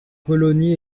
colonie